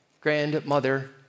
grandmother